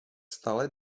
stále